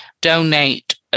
donate